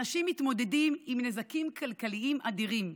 אנשים מתמודדים עם נזקים כלכליים אדירים,